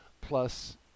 Plus